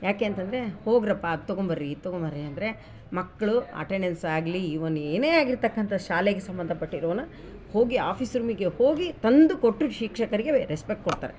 ಯಾಕೆ ಅಂತಂದರೆ ಹೋಗ್ರಪ್ಪ ಅದು ತಗೊಬರ್ರಿ ಇದು ತಗೊಬರ್ರಿ ಅಂದರೆ ಮಕ್ಳು ಅಟೆಂಡೆನ್ಸ್ ಆಗಲಿ ಈವನ್ ಏನೇ ಆಗಿರ್ತಕ್ಕಂಥ ಶಾಲೆಗೆ ಸಂಬಂಧ ಪಟ್ಟಿರೋನ ಹೋಗಿ ಆಫಿಸ್ ರೂಮಿಗೆ ಹೋಗಿ ತಂದು ಕೊಟ್ಟು ಶಿಕ್ಷಕರಿಗೆ ವೇ ರೆಸ್ಪೆಕ್ಟ್ ಕೊಡ್ತಾರೆ